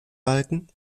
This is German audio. balken